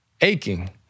Aching